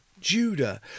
Judah